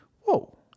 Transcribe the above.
Whoa